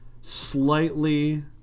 slightly